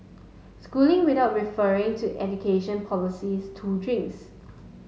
schooling without referring to education policies two drinks